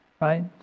Right